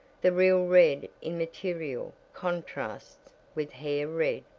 the real red in material contrasts with hair red,